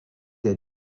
est